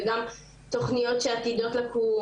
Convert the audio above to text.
וגם תוכניות שעתידות לקום,